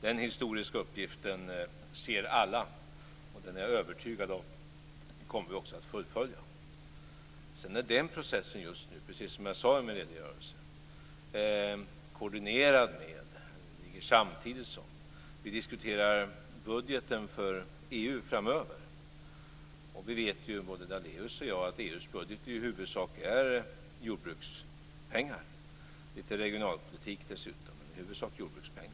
Den historiska uppgiften ser alla, och den är jag övertygad om att vi kommer att fullfölja. Den processen är just nu, precis som jag sade i min redogörelse, koordinerad - ligger samtidigt - med att vi diskuterar budgeten för EU framöver. Både Lennart Daléus och jag vet att EU:s budget i huvudsak är jordbrukspengar - dessutom lite regionalpolitik men i huvudsak jordbrukspengar.